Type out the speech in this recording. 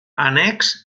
annex